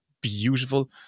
beautiful